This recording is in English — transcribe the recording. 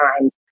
times